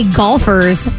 golfer's